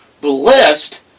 Blessed